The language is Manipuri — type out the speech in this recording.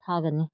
ꯊꯥꯒꯅꯤ